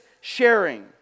sharing